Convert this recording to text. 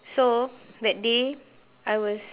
so that day I was